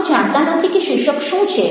આપણે જાણતા નથી કે શીર્ષક શું છે